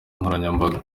nkoranyambaga